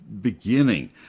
beginning